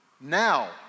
now